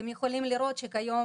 אתם יכולים לראות שכיום,